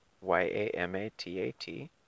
Y-A-M-A-T-A-T